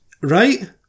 Right